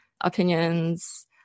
opinions